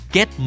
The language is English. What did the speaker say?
Get